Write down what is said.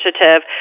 Initiative